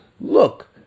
look